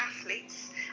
athletes